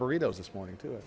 burritos this morning to